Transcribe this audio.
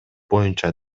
боюнча